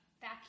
back